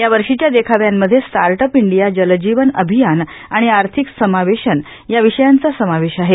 यावर्षीच्या देखाव्यांमध्ये startup India Jal Jeevan अभियान आणि आर्थिक समावेशन या विषयांचा समावेश आहे